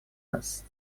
است